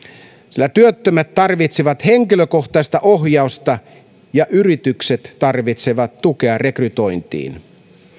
sillä työttömät tarvitsevat henkilökohtaista ohjausta ja yritykset tarvitsevat tukea rekrytointiin